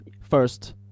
first